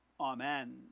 Amen